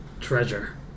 treasure